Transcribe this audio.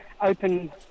open